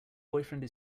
boyfriend